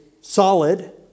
solid